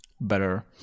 better